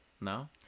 No